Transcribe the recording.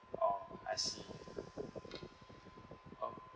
oh I see oh